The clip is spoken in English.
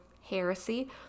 heresy